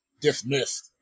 dismissed